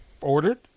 ordered